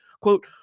Quote